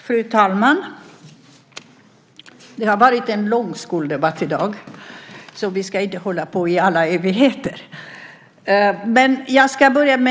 Fru talman! Det har varit en lång skoldebatt i dag, så vi ska inte hålla på i all evighet.